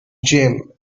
jim